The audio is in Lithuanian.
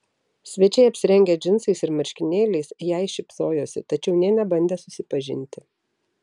svečiai apsirengę džinsais ir marškinėliais jai šypsojosi tačiau nė nebandė susipažinti